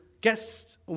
guests